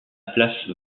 place